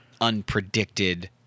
unpredicted